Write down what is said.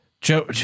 Joe